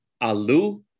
Alu